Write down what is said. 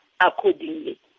accordingly